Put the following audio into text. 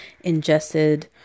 ingested